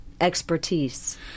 expertise